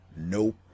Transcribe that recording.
nope